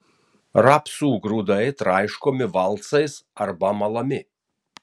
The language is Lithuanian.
rapsų grūdai traiškomi valcais arba malami